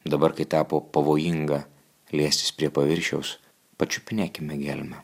dabar kai tapo pavojinga liestis prie paviršiaus pačiupinėkime gelmę